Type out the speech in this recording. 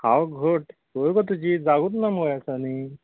हांव घट खंय गो तुजी जागूच ना ह्या दिसांनी